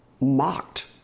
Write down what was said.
mocked